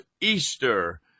Easter